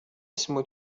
اسم